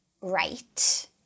right